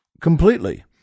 completely